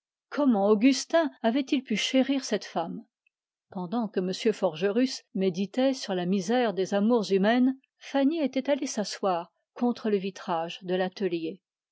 comment augustin avait-il pu chérir cette femme pendant que m forgerus méditait sur la misère des amours humaines fanny était allée s'asseoir contre le vitrage de l'atelier